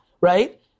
right